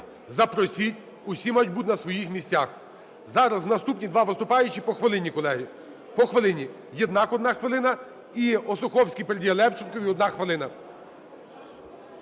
запросіть. Усі мають бути на своїх місцях. Зараз наступні два виступаючих по хвилині, колеги, по хвилині. Єднак – одна хвилина. І Осуховський передає Левченку – одна хвилина.